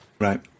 Right